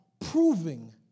Proving